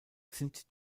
sind